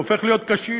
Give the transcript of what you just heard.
הוא הופך להיות קשיש,